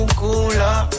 cooler